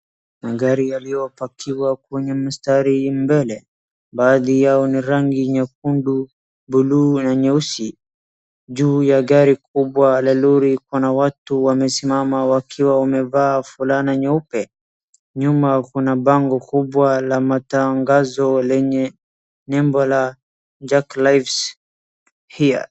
Magari yaliyopakiwa kwenye mstari mbele ,baadhi ya ni nyekundu blue na nyeusi juu ya gari kubwa la lori kuna watu wamesimama wakiwa wamevaa fulana nyeupe. Nyuma kuna bango kubwa la matangazo lenye [ cs] label[c] la Jack life's Here .